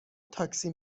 تاکسی